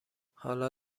حالا